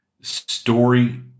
story